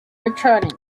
returning